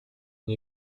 une